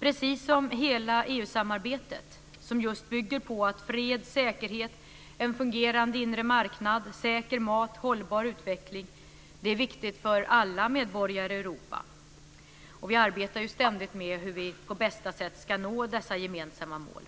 precis som hela EU samarbetet, som just bygger på att fred, säkerhet, en fungerande inre marknad, säker mat, hållbar utveckling, är viktigt för alla medborgare i Europa - och vi arbetar ju ständigt med hur vi på bästa sätt ska nå dessa gemensamma mål.